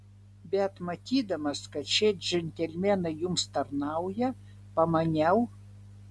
bet matydamas kad šie džentelmenai jums tarnauja pamaniau